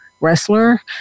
wrestler